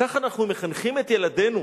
כך אנחנו מחנכים את ילדינו.